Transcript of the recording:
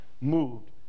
moved